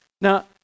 Now